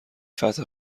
فتح